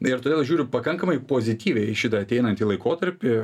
ir todėl žiūriu pakankamai pozityviai į šitą ateinantį laikotarpį